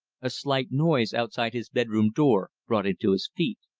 a slight noise outside his bed-room door brought him to his feet.